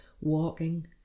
walking